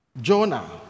Jonah